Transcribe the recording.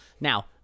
Now